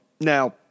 Now